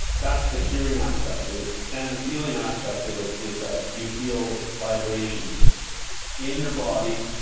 that's the hearing aspect of it. then the feeling aspect of it is that you feel vibrations in your body,